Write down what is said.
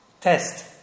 test